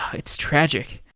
it's tragic.